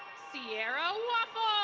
sierra waffle,